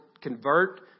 convert